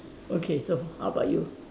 okay so how about you